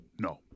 no